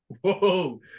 whoa